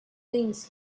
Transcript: things